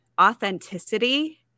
authenticity